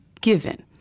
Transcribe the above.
given